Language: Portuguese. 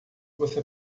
você